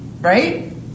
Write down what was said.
right